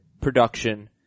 production